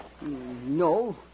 No